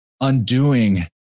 undoing